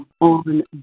on